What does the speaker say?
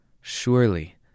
Surely